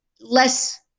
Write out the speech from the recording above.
less